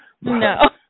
No